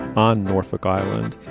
on norfolk island.